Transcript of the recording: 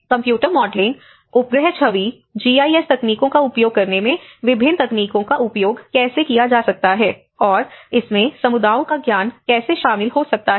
computer modelling उपग्रह छवि GIS तकनीकों का उपयोग करने में विभिन्न तकनीकों का उपयोग कैसे किया जा सकता है और इसमें समुदायों का ज्ञान कैसे शामिल हो सकता है